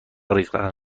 ریختن